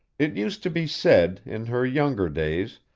it used to be said, in her younger days,